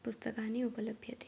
पुस्तकानि उपलभ्यन्ते